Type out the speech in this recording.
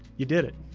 you did it.